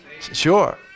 Sure